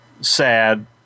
sad